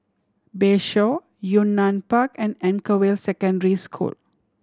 Bayshore Yunnan Park and Anchorvale Secondary School